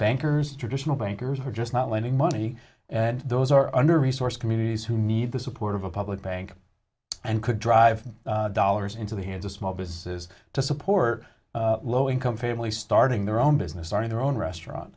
bankers traditional bankers are just not lending money and those are under resourced communities who need the support of a public bank and could drive dollars into the hands of small businesses to support low income families starting their own business starting their own restaurant